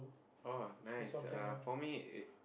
oh nice uh for me it